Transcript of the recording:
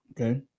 Okay